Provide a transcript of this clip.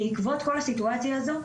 בעקבות כל הסיטואציה הזו,